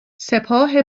سپاه